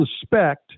suspect